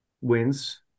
wins